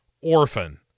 Orphan